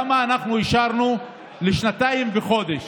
כמה אנחנו אישרנו לשנתיים וחודש